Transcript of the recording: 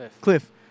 Cliff